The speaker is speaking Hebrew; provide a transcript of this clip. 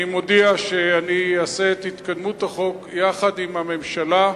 אני מודיע שאני אקדם את החוק יחד עם הממשלה.